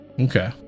Okay